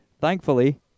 thankfully